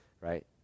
right